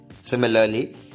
Similarly